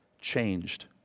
changed